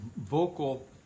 vocal